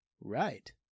Right